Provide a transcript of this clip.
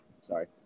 sorry